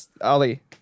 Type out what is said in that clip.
Ali